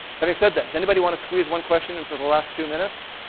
having said that, does anybody want to squeeze one question until the last two minutes?